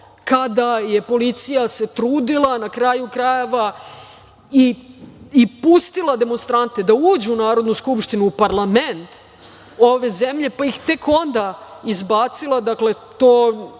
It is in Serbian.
kada se policija trudila, na kraju krajeva, i pustila demonstrante da uđu u Narodnu skupštinu, parlament, ove zemlje, pa, ih tek onda izbacila.